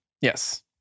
Yes